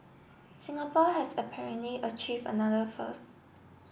Singapore has apparently achieve another first